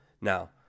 Now